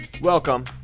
Welcome